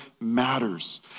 matters